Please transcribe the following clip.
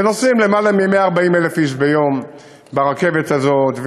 ונוסעים יותר מ-140,000 איש ביום ברכבת הזאת,